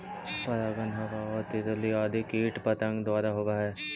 परागण हवा आउ तितली आदि कीट पतंग द्वारा होवऽ हइ